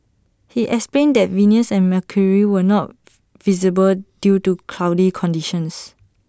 he explained that Venus and mercury were not visible due to cloudy conditions